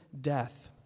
death